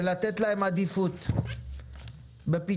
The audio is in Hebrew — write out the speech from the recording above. ולתת להם עדיפות בפתרונות.